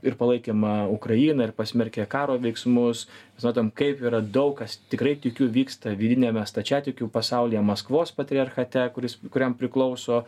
ir palaikymą ukrainai ir pasmerkė karo veiksmus mes matom kaip yra daug kas tikrai tikiu vyksta vidiniame stačiatikių pasaulyje maskvos patriarchate kuris kuriam priklauso